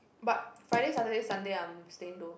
but Friday Saturday Sunday I'm staying though